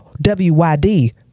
W-Y-D